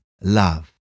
love